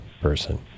person